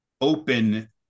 open